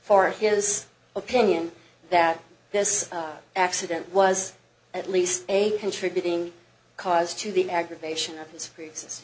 for his opinion that this accident was at least a contributing cause to the aggravation of this fr